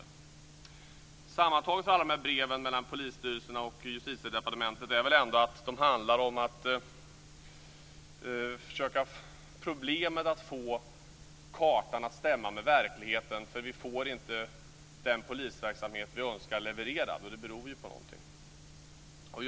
Sammantaget om man ser på alla de här breven som har skickats mellan polisstyrelserna och Justitiedepartementet är det väl ändå så att de handlar om problemet att få kartan att stämma med verkligheten. Vi får inte den polisverksamhet som vi önskar få levererad, och det beror ju på någonting.